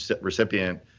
recipient